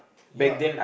ya